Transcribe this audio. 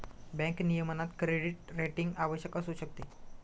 bank नियमनात credit rating आवश्यक असू शकते